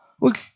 Look